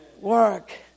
work